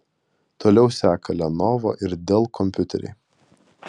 toliau seka lenovo ir dell kompiuteriai